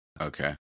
Okay